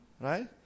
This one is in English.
right